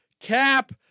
Cap